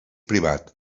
privat